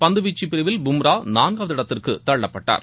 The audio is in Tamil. பந்துவீச்சுப் பிரிவில் பும்ரா நான்காவது இடத்திற்கு தள்ளப்பட்டார்